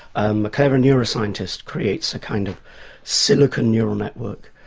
and the clever neuroscientist creates a kind of silicon neural network,